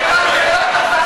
הופה.